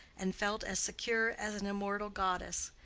and felt as secure as an immortal goddess,